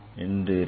என்றிருக்கும்